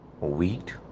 wheat